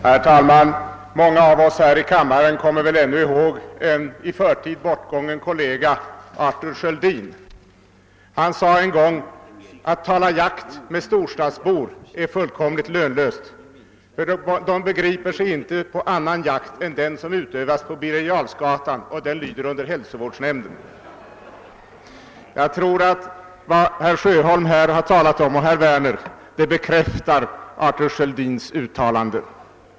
Herr talman! Många av oss här i kammaren kommer väl ännu ihåg en i förtid bortgången kollega, Arthur Sköldin. Han sade en gång: »Att tala jakt med storstadsbor är fullkomligt lönlöst; de begriper sig inte på annan jakt än den som utövas på Birger Jarlsgatan, och den lyder under hälsovårdsnämnden.» Jag tror att vad herr Sjöholm och herr Werner här har sagt bekräftar Arthur Sköldins uttalande.